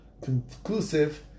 conclusive